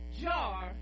jar